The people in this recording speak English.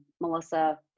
Melissa